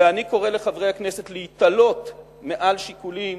ואני קורא לחברי הכנסת להתעלות מעל שיקולים